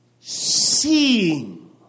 seeing